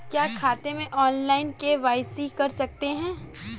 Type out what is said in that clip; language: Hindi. क्या खाते में ऑनलाइन के.वाई.सी कर सकते हैं?